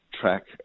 track